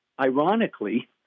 ironically